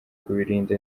kubirinda